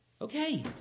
Okay